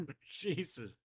Jesus